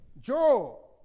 Joe